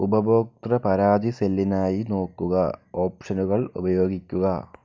ഉപഭോക്തൃ പരാതി സെല്ലിനായി നോക്കുക ഓപ്ഷനുകൾ ഉപയോഗിക്കുക